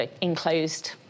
enclosed